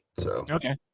Okay